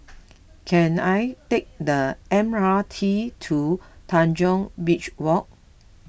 can I take the M R T to Tanjong Beach Walk